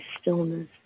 stillness